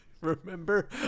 Remember